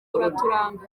uraturanga